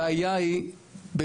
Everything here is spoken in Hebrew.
הבעיה היא בכולנו,